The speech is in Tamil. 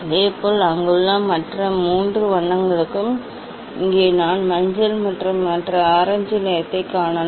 இதேபோல் அங்குள்ள மற்ற மூன்று வண்ணங்களுக்கும் இங்கே நான் மஞ்சள் மற்றும் இந்த மற்ற ஆரஞ்சு நிறத்தைக் காணலாம்